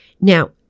now